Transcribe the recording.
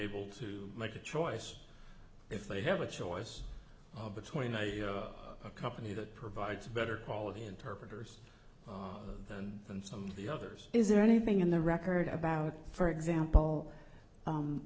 able to make a choice if they have a choice between a company that provides better quality interpreters of them and some of the others is there anything in the record about for example